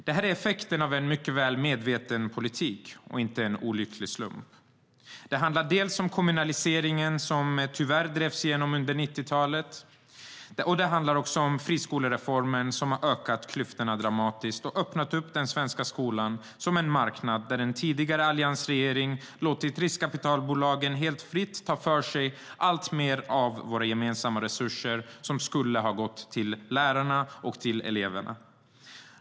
Det här är effekten av en mycket medveten politik, inte en olycklig slump. Det handlar dels om kommunaliseringen, som tyvärr drevs igenom under 1990-talet, dels om friskolereformen. Den har ökat klyftorna dramatiskt och öppnat den svenska skolan som en marknad där den tidigare alliansregeringen låtit riskkapitalbolagen helt fritt ta för sig alltmer av de gemensamma resurser som skulle ha gått till lärarna och eleverna.